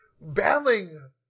battling